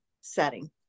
setting